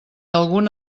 algun